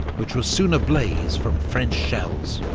which was soon ablaze from french shells.